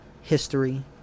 history